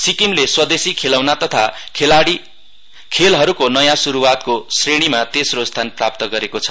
सिक्किमले स्वदेशी खेलौना तथा खेलहरूको नयाँ शुरुआतको श्रेणीमा तेस्रो स्थान प्राप्त गरेको छ